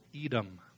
Edom